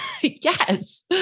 Yes